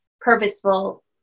purposeful